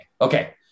Okay